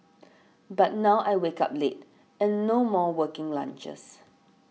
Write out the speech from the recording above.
but now I wake up late and no more working lunches